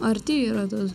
arti yra tos